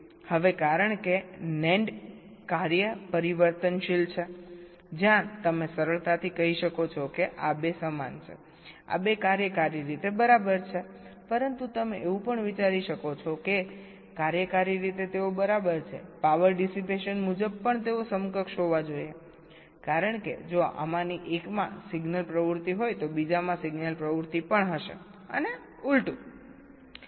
હવે કારણ કે NAND કાર્ય પરિવર્તનશીલ છે જ્યાં તમે સરળતાથી કહી શકો છો કે આ બે સમાન છે આ બે કાર્યકારી રીતે બરાબર છેપરંતુ તમે એવું પણ વિચારી શકો છો કે કાર્યકારી રીતે તેઓ બરાબર છે પાવર ડિસિપેશન મુજબ પણ તેઓ સમકક્ષ હોવા જોઈએ કારણ કે જો આમાંની એકમાં સિગ્નલ એક્ટિવિટી હોય તો બીજામાં સિગ્નલ એક્ટિવિટી પણ હશે અને ઉલટું